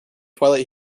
twilight